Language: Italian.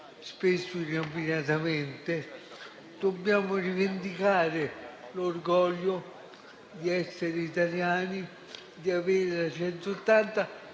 spesso inopinatamente, dobbiamo rivendicare l'orgoglio di essere italiani e di avere la